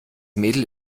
mädel